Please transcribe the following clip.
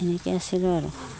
সেনেকৈ আছিলোঁ আৰু